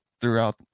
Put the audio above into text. throughout